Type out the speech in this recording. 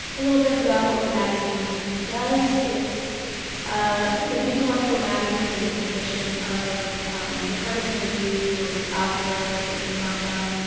a little bit about what the magazine does, it's ah it's like an intellectual magazine in the tradition of the partisan review or the baffler, lingua franca,